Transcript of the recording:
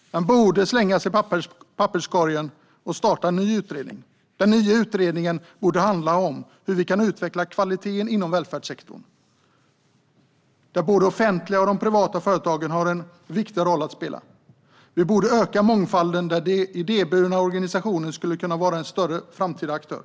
Man borde slänga den i papperskorgen och starta en ny utredning. Den nya utredningen borde handla om hur vi kan utveckla kvaliteten inom välfärdssektorn, där både offentliga och privata företag har en viktig roll att spela. Vi borde öka mångfalden, och där skulle idéburna organisationer kunna vara en större framtida aktör.